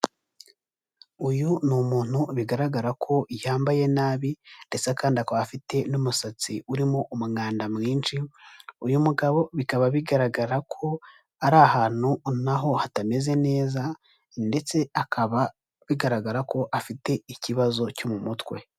Uyu ni umuntu bigaragara ko yambaye nabi ndetse kandi akaba afite n'umusatsi, urimo umwanda mwinshi, uyu mugabo bikaba bigaragara ko ari ahantu na ho hatameze neza ndetse akaba bigaragara ko afite ikibazo cyo mu mutwe.